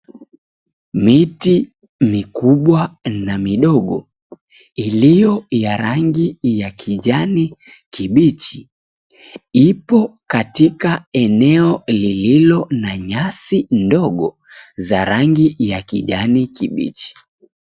Miti mikubwa na midogo iliyo ya rangi ya kijani kibichi ipo katika eneo lililo na nyasi ndogo za rangi ya kijani kibichi.